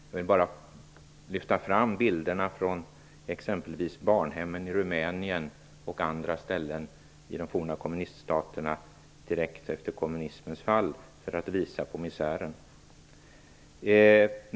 Jag vill bara lyfta fram bilderna från exempelvis barnhemmen i Rumänien och andra ställen i de forna kommuniststaterna direkt efter kommunismens fall för att visa på misären.